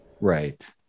Right